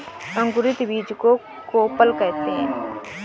अंकुरित बीज को कोपल कहते हैं